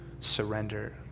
surrender